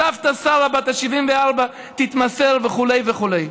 הסבתא שרה בת ה-74 תתמסר וכו' וכו'.